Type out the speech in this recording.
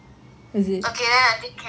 okay then I think can